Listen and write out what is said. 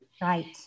right